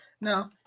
No